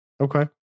okay